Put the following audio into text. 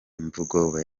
imvugo